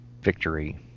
Victory